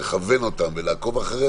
לכוון אותם ולעקוב אחריהם,